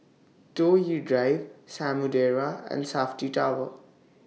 Toh Yi Drive Samudera and Safti Tower